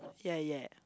yeah yeah